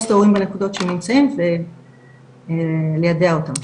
את ההורים בנקודות שהם נמצאים וליידע אותם.